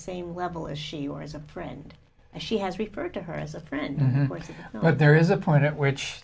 same level if she were as a friend she has referred to her as a friend but there is a point at which